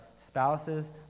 spouses